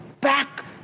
back